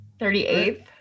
38th